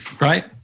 right